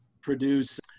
produce